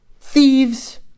thieves